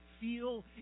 feel